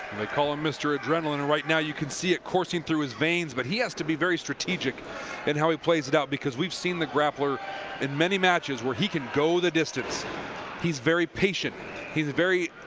they call him mr. adrenaline and right now you can see it coursing through his veins, but he has to be very strategic in how he plays it out, because we've seen the grappler in many matches where he can go the distance he's very patient he's very.